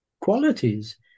qualities